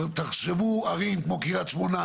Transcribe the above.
תחשבו על ערים כמו קריית שמונה,